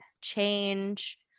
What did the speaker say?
change